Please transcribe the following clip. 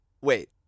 wait